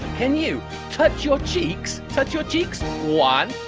can you touch your cheeks. touch your cheeks? one,